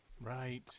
Right